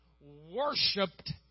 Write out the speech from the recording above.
worshipped